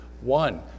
one